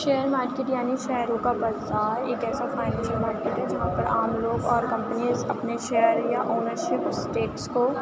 share market یعنی شیئروں کا بازار ایک ایسا فائنینشیل مارکیٹ ہے جہاں پر عام لوگ اور کمپنیز اپنے شیئر یا اونرشپ سٹیٹس کو